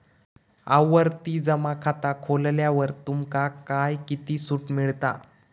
आवर्ती जमा खाता खोलल्यावर तुमका काय किती सूट मिळता?